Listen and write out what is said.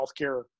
healthcare